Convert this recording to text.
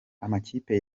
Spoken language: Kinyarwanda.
amakipe